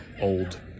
old